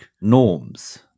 norms